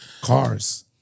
Cars